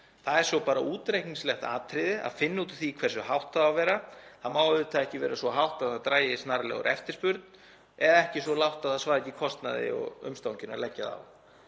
Það er svo bara útreikningslegt atriði að finna út úr því hversu hátt það á að vera. Það má auðvitað ekki vera svo hátt að það dragi snarlega úr eftirspurn og ekki svo lágt að það svari ekki kostnaði og umstangi að leggja það á.